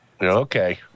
Okay